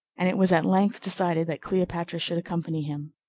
and it was at length decided that cleopatra should accompany him.